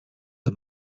are